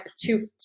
two